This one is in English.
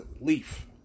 Leaf